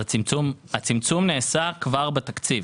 הצמצום נעשה כבר בתקציב.